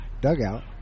dugout